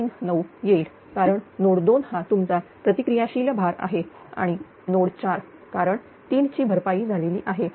39 येईल कारण नोड 2 हा तुमचा प्रतिक्रिया शील भार आहे आणि नोड 4 कारण 3 ची भरपाई झालेली आहे